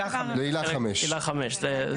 לעילה (5).